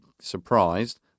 surprised